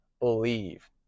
believe